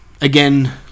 again